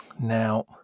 Now